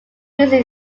music